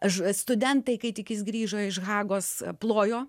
ž studentai kai tik jis grįžo iš hagos plojo